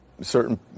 certain